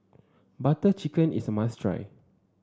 Butter Chicken is a must try